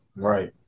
Right